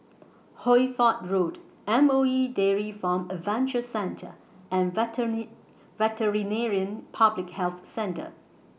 Hoy Fatt Road M O E Dairy Farm Adventure Centre and Veterinary Public Health Centre